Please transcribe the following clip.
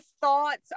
thoughts